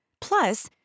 Plus